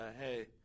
hey